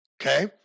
okay